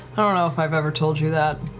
i don't know if i've ever told you that.